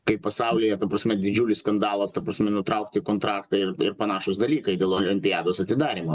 kai pasaulyje ta prasme didžiulis skandalas ta prasme nutraukti kontraktą ir panašūs dalykai dėl olimpiados atidarymo